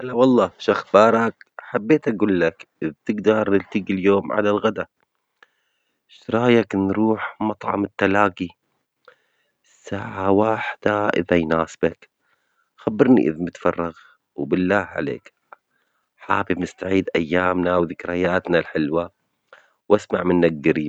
هلا والله شو أخبارك؟ حبيت أجول لك بتجدر نلتجي اليوم على الغداء؟ شرايك نروح مطعم التلاقي؟ الساعة واحدة إذا يناسبك، خبرني إذ متفرغ، وبالله عليك حابب نستعيد أيامنا وذكرياتنا الحلوة، وأسمع منك جريب.